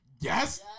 Yes